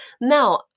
Now